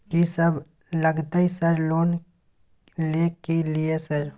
कि सब लगतै सर लोन ले के लिए सर?